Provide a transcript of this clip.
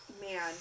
Man